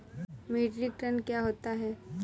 Metric ton क्या होता है?